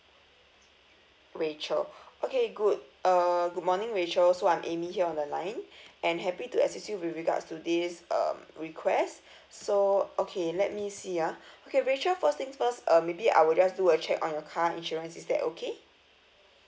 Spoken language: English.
rachel okay good uh good morning rachel so I'm amy here on the line I'm happy to assist you with regards to this um request so okay let me see ah okay rachel first things first uh maybe I will just do a check on your car insurance is that okay